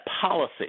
policy